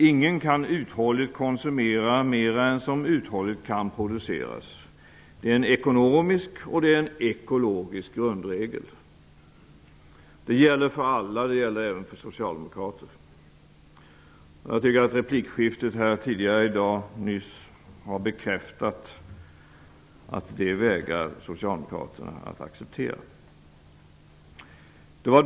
Ingen kan uthålligt konsumera mer än vad som uthålligt kan produceras. Det är en ekonomisk och ekologisk grundregel. Det gäller för alla, även för socialdemokrater. Jag tycker att replikskiftet tidigare här i dag bekräftade att socialdemokraterna vägrar att acceptera detta.